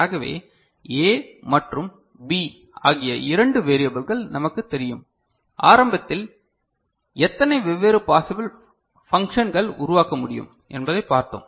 ஆகவே A மற்றும் B ஆகிய இரண்டு வேரியபல்கள் நமக்குத் தெரியும் ஆரம்பத்தில் எத்தனை வெவ்வேறு பாசிபில் பன்க்ஷங்கள் உருவாக்க முடியும் என்பதைப் பார்த்தோம்